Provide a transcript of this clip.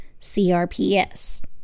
CRPS